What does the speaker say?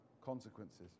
consequences